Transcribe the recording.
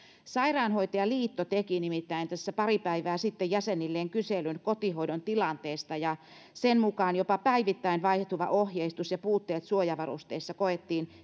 sairaanhoitajaliitto teki nimittäin tässä pari päivää sitten jäsenilleen kyselyn kotihoidon tilanteesta ja sen mukaan jopa päivittäin vaihtuva ohjeistus ja puutteet suojavarusteissa koettiin